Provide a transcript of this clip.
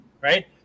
right